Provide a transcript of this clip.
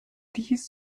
dies